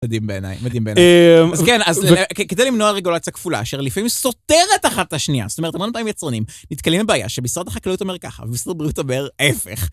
מדהים בעיניי, מדהים בעיניי. - אז כן, כדי למנוע רגולציה כפולה, אשר לפעמים סותרת אחת את השנייה, זאת אומרת, המון פעמים יצרנים נתקלים לבעיה שמשרד החקלאות אומר ככה, ומשרד הבריאות אומר ההפך.